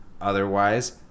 Otherwise